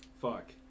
Fuck